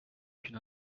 qu’une